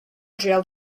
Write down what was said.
jailed